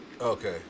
Okay